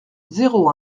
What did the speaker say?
zéro